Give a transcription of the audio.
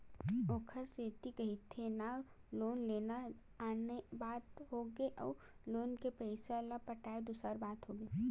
ओखरे सेती कहिथे ना लोन लेना आने बात होगे अउ लोन के पइसा ल पटाना दूसर बात होगे